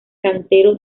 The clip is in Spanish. cantero